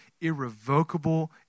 irrevocable